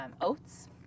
oats